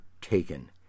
taken